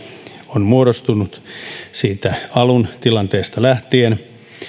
on muodostunut siitä alun tilanteesta lähtien